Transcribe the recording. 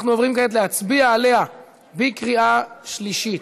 אנחנו עוברים כעת להצביע עליה בקריאה שלישית.